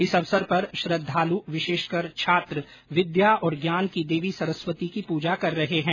इस अवसर पर श्रद्वालू विशेषकर छात्र विद्या और ज्ञान की देवी सरस्वती की पूजा कर रहे हैं